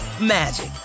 magic